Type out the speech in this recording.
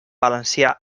valencià